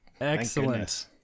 Excellent